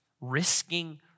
risking